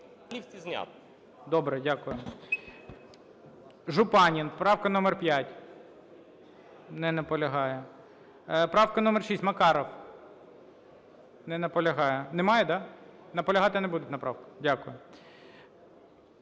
Добре, дякую. Жупанин, правка номер 5. Не наполягає. Правка номер 6, Макаров. Не наполягає. Немає, да? Наполягати не буде на правках? Дякую.